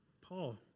Paul